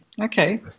okay